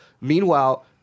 Meanwhile